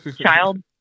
child